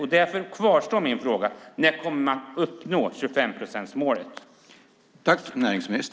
Min fråga kvarstår: När kommer man att uppnå 25-procentsmålet?